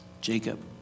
Jacob